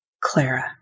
Clara